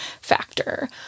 factor